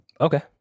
Okay